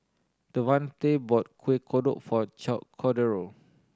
Devante bought Kuih Kodok for Cordero